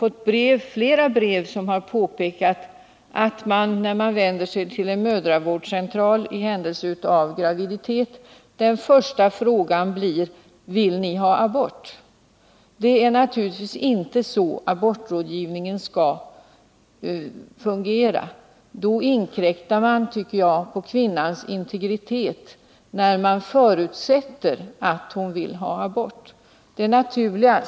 I dessa påpekas bl.a. att den första fråga man i händelse av graviditet ställs inför på mödravårdscentralen är: Vill ni ha abort? Det är naturligtvis inte så abortrådgivningen skall fungera. Att förutsätta att en kvinna vill ha abort är enligt min mening att inkräkta på hennes integritet.